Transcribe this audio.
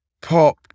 pop